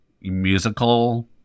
musical